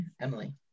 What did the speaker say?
Emily